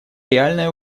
реальной